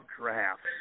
drafts